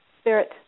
spirit